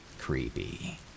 creepy